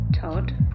Todd